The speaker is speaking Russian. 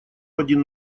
один